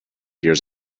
years